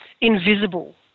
invisible